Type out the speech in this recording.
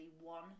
one